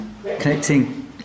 connecting